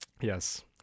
Yes